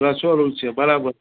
રસોડું છે બરાબર